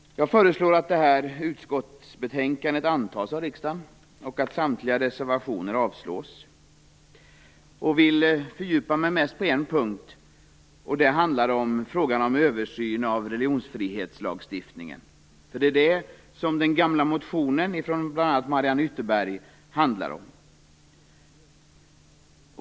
Jag föreslår att förslagen i utskottsbetänkandet antas av riksdagen och att samtliga reservationer avslås. Jag tänker fördjupa mig på en punkt, och den handlar om frågan om översyn av religionsfrihetslagstiftningen. Det är detta som den gamla motionen från bl.a. Marianne Ytterberg handlar om.